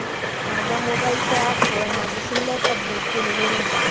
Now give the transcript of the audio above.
माझ्या मोबाईलच्या ऍपवर माझी शिल्लक अपडेट केलेली नसा